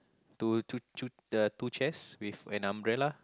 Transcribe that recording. two two the two chairs with an umbrella